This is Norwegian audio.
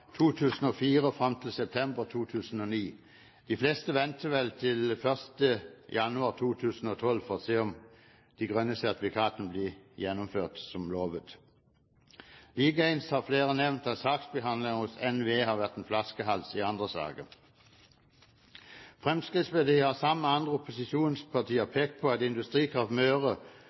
2004 og fram til september 2009. De fleste venter vel til 1. januar 2012 for å se om de grønne sertifikatene blir gjennomført som lovt. Likeens har flere nevnt at saksbehandlingen hos NVE har vært en flaskehals i andre saker. Fremskrittspartiet har sammen med andre opposisjonspartier pekt på at Industrikraft Møre